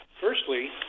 Firstly